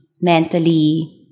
mentally